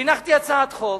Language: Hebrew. הנחתי הצעת חוק,